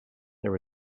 there